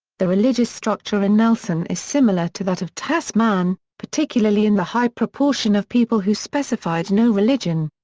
the religious structure in nelson is similar to that of tasman, particularly in the high proportion of people who specified no religion.